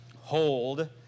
hold